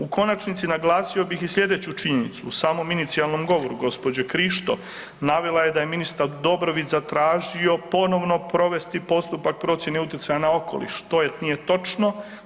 U konačnici naglasio bih i slijedeću činjenicu, u samom inicijalnom govoru gđe. Krišto navela je da je ministar Dobrović zatražio ponovno provesti postupak procjene utjecaja na okoliš, to nije točno.